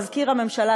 מזכיר הממשלה,